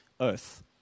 earth